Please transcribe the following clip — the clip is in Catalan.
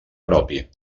propi